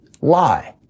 lie